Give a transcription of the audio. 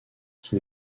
qui